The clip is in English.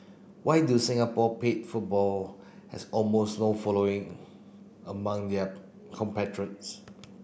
why do Singapore paid football has almost no following among their compatriots